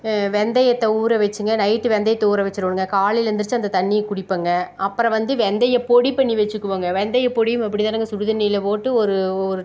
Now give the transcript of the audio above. வெந்தயத்தை ஊற வச்சுங்க நைட்டு வெந்தயத்தை ஊற வச்சிடணுங்க காலையில் எந்திருச்சு அந்த தண்ணியை குடிப்பேங்க அப்புறம் வந்து வெந்தயப் பொடி பண்ணி வச்சிக்குவேங்க வெந்தயப் பொடி அப்படிதானுங்க சுடுதண்ணியில் போட்டு ஒரு ஒரு